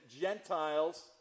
Gentiles